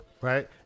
right